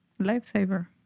Lifesaver